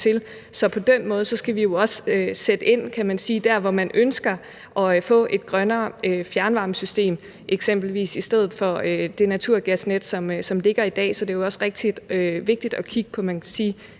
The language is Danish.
Så på den måde skal vi jo også sætte ind dér, kan man sige, hvor man ønsker at få et grønnere fjernvarmesystem i stedet for eksempelvis det naturgasnet, som er der i dag. Så det er også rigtig vigtigt at kigge på selve